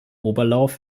oberlauf